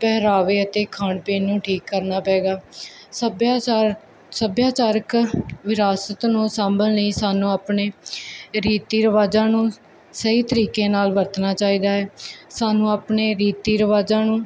ਪਹਿਰਾਵੇ ਅਤੇ ਖਾਣ ਪੀਣ ਨੂੰ ਠੀਕ ਕਰਨਾ ਪਏਗਾ ਸੱਭਿਆਚਾਰ ਸੱਭਿਆਚਾਰਿਕ ਵਿਰਾਸਤ ਨੂੰ ਸਾਂਭਣ ਲਈ ਸਾਨੂੰ ਆਪਣੇ ਰੀਤੀ ਰਿਵਾਜਾਂ ਨੂੰ ਸਹੀ ਤਰੀਕੇ ਨਾਲ ਵਰਤਣਾ ਚਾਹੀਦਾ ਹੈ ਸਾਨੂੰ ਆਪਣੇ ਰੀਤੀ ਰਿਵਾਜ਼ਾਂ ਨੂੰ